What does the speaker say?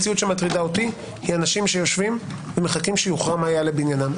היא אנשים שיושבים ומחכים שיוכרע מה יעלה בעניינם.